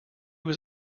was